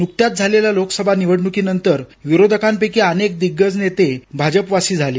नुकत्याच झालेल्या लोकसभा निवडणुकीनंतर विरोधकांपैकी अनेक दिग्गज नेते भाजपवासी झाले